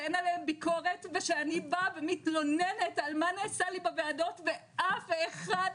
שאין עליהם ביקורת ושאני באה ומתלוננת על מה נעשה לי בוועדות ואף אחד,